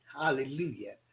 Hallelujah